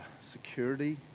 security